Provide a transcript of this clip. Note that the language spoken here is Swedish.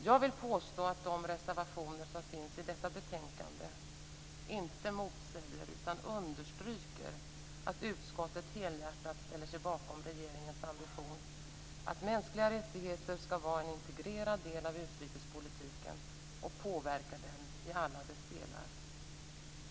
Jag vill påstå att de reservationer som finns i detta betänkande inte motsäger utan understryker att utskottet helhjärtat ställer sig bakom regeringens ambition att mänskliga rättigheter skall vara en integrerad del av utrikespolitiken och påverka den i alla dess delar.